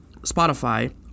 Spotify